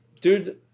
Dude